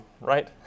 right